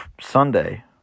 Sunday